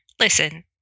Listen